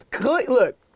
Look